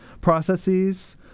processes